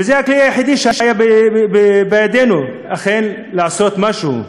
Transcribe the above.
וזה הכלי היחיד שהיה בידינו לעשות משהו,